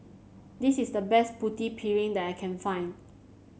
this is the best Putu Piring that I can find